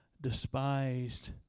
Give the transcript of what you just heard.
despised